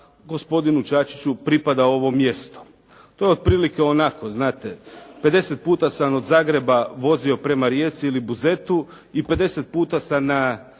gospodinu Čačiću pripada ovo mjesto. To je otprilike onako, znate, 50 puta sam od Zagreba vozio prema Rijeci ili Buzetu i 50 puta sam na